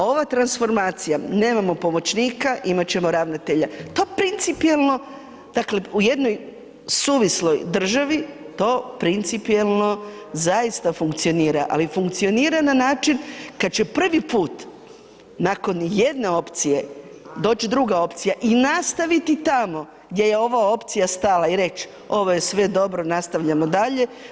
Ova transformacija, nemamo pomoćnika, imati ćemo ravnatelja, pa principijelno, dakle, u jednoj suvisloj državi, to principijelno zaista funkcionira, ali funkcionira na način, kada će prvi put, nakon jedne opcije, doći druga opcija i nastaviti tamo gdje je ova opcija stala i reći, ovo je sve dobro, nastavljamo dalje.